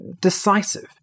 decisive